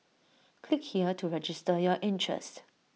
click here to register your interest